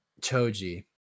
choji